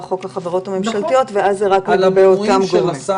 חוק החברות הממשלתיות ואז זה רק לגבי אותם גורמים.